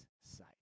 sight